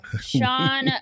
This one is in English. Sean